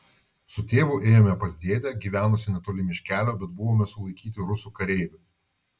su tėvu ėjome pas dėdę gyvenusį netoli miškelio bet buvome sulaikyti rusų kareivių